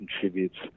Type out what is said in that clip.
contributes